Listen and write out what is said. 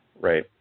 Right